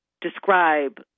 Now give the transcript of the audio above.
describe